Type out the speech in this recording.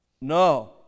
No